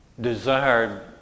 desired